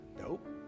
Nope